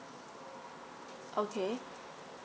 okay